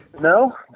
No